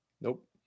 Nope